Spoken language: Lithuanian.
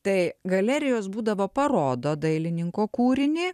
tai galerijos būdavo parodo dailininko kūrinį